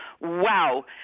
wow